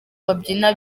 babyina